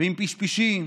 ועם פשפשים.